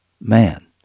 man